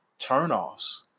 turnoffs